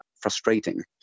frustrating